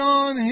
on